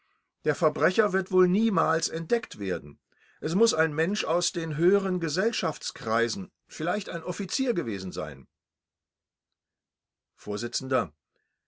der verbrecher wird wohl niemals entdeckt werden es muß ein mensch aus den höheren gesellschaftskreisen vielleicht ein offizier gewesen sein